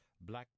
black